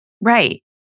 Right